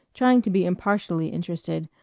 trying to be impartially interested,